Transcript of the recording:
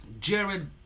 Jared